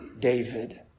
David